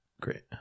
Great